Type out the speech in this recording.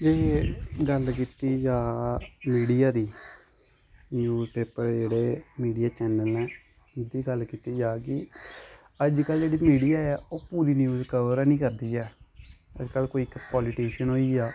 अगर गल्ल कीती जा मीडिया दी न्यूज पेपर जेह्ड़े मीडिया चैनल न उं'दी गल्ल कीती जा कि अज्जकल जेह्ड़ी मीडिया ऐ ओह पूरी न्यूज कवर हैनी करदी ऐ अज्जकल कोई इक पालीटीशियन होई गेआ